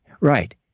Right